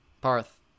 Parth